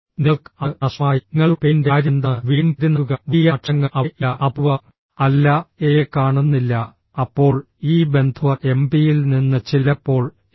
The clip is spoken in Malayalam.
നിങ്ങൾക്ക് അത് നഷ്ടമായി നിങ്ങളുടെ പേരിന്റെ കാര്യമെന്താണ് വീണ്ടും പേര് നൽകുക വലിയ അക്ഷരങ്ങൾ അവിടെ ഇല്ല അപൂർവ്വ അല്ല എഎ കാണുന്നില്ല അപ്പോൾ ഈ ബന്ധ്വ എംപിയിൽ നിന്ന് ചിലപ്പോൾ എസ്